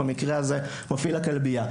במקרה הזה מפעיל הכלבייה.